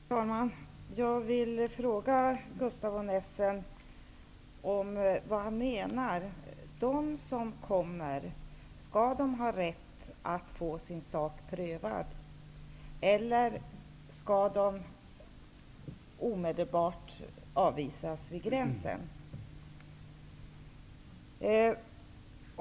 Herr talman! Jag vill fråga Gustaf von Essen vad han menar: Skall de som kommer hit ha rätt att få sin sak prövad, eller skall de omedelbart av visas vid gränsen?